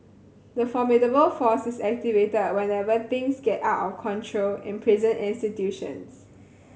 the formidable force is activated whenever things get out of control in prison institutions